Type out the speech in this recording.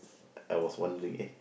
I was wondering in